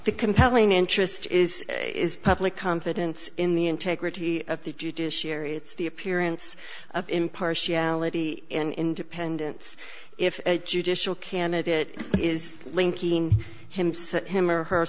the compelling interest is is public confidence in the integrity of the judiciary it's the appearance of impartiality in independence if judicial candidate is linking him see him